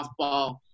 softball